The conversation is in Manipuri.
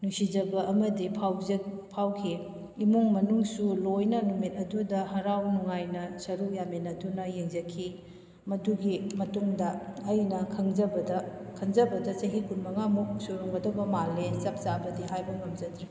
ꯅꯨꯡꯁꯤꯖꯕ ꯑꯃꯗꯤ ꯐꯥꯎꯈꯤ ꯏꯃꯨꯡ ꯃꯅꯨꯡꯁꯨ ꯂꯣꯏꯅ ꯅꯨꯃꯤꯠ ꯑꯗꯨꯗ ꯍꯔꯥꯎ ꯅꯨꯡꯉꯥꯏꯅ ꯁꯔꯨꯛ ꯌꯥꯃꯤꯟꯅꯗꯨꯅ ꯌꯦꯡꯖꯈꯤ ꯃꯗꯨꯒꯤ ꯃꯇꯨꯡꯗ ꯑꯩꯅ ꯈꯪꯖꯕꯗ ꯈꯟꯖꯕꯗ ꯆꯍꯤ ꯀꯨꯟꯃꯉꯥꯃꯨꯛ ꯁꯨꯔꯝꯒꯗꯧꯕ ꯃꯥꯜꯂꯦ ꯆꯞ ꯆꯥꯕꯗꯤ ꯍꯥꯏꯕ ꯉꯝꯖꯥꯗ꯭ꯔꯦ